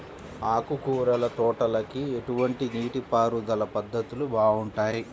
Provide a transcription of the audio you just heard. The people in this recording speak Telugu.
ఆకుకూరల తోటలకి ఎటువంటి నీటిపారుదల పద్ధతులు బాగుంటాయ్?